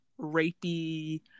rapey